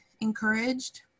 encouraged